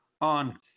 on